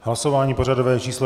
Hlasování pořadové číslo 249.